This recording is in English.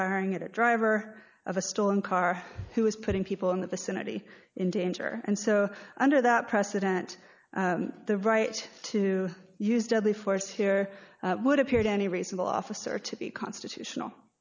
firing at a driver of a stolen car he was putting people in the vicinity in danger and so under that precedent the right to use deadly force here would appear to any reasonable officer to be constitutional